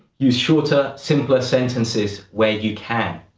use shorter, simpler sentences where you can.